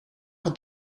haar